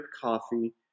coffee